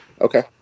Okay